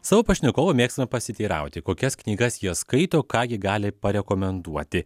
savo pašnekovo mėgstame pasiteirauti kokias knygas jie skaito ką jie gali parekomenduoti